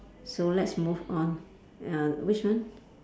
so let's move on uh which one